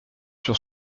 sur